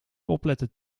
opletten